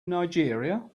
nigeria